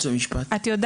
מאוד